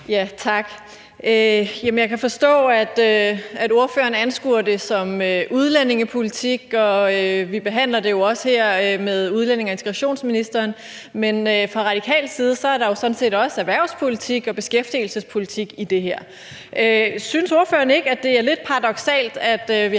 Jamen jeg kan forstå, at ordføreren anskuer det som udlændingepolitik, og vi behandler det jo også her med udlændinge- og integrationsministeren, men fra radikal side er der jo sådan set også erhvervspolitik og beskæftigelsespolitik i det her. Synes ordføreren ikke, at det er lidt paradoksalt, at vi har